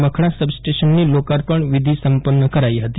makhana sub સ્ટશનની લોકાર્પણવિધિ સંપન્ન કરાઇ હતી